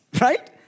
right